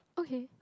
okay